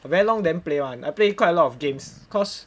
for very long then play [one] I play quite a lot of games cause